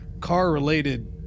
car-related